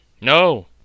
No